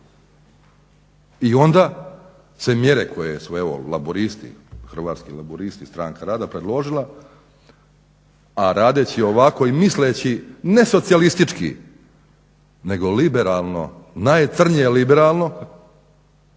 I onda se mjere koje su evo Laburisti, Hrvatski laburisti stranka rada predložila, a radeći ovako i misleći ne socijalistički, nego liberalno, najcrnje liberalno